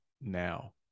now